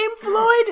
Floyd